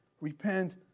Repent